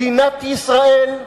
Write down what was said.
מדינת ישראל,